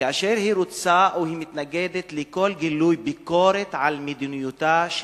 כאשר ישראל מתנגדת לכל גילוי ביקורת על מדיניותה.